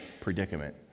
predicament